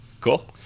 Cool